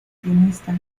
guionista